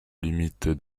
limite